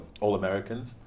All-Americans